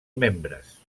membres